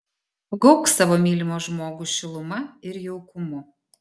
apgaubk savo mylimą žmogų šiluma ir jaukumu